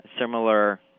similar